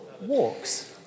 walks